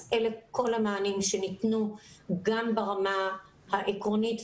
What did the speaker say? אלה כל המענים שניתנו גם ברמה העקרונית.